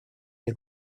для